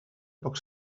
poc